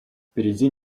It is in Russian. впереди